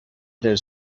dels